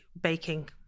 baking